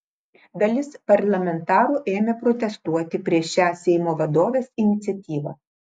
dalis parlamentarų ėmė protestuoti prieš šią seimo vadovės iniciatyvą